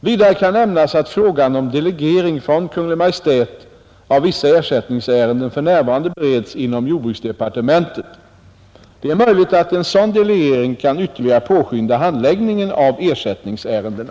Vidare kan nämnas att frågan om delegering från Kungl. Maj:t av vissa ersättningsärenden för närvarande bereds inom jordbruksdepartementet. Det är möjligt att en sådan delegering kan ytterligare påskynda handläggningen av ersättningsärendena.